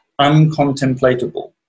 uncontemplatable